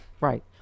right